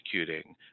executing